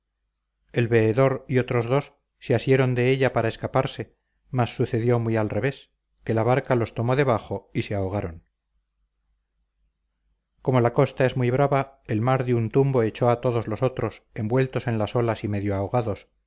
el veedor y otros dos se asieron de ella para escaparse mas sucedió muy al revés que la barca los tomó debajo y se ahogaron como la costa es muy brava el mar de un tumbo echó a todos los otros envueltos en las olas y medio ahogados